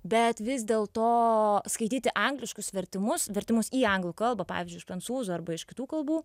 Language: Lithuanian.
bet vis dėlto skaityti angliškus vertimus vertimus į anglų kalbą pavyzdžiui iš prancūzų arba iš kitų kalbų